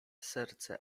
serce